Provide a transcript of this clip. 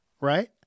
right